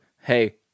Hey